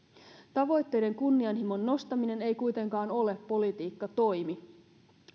tavoitteiden kunnianhimon nostaminen ei kuitenkaan ole politiikkatoimi